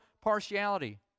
partiality